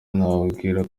nababwira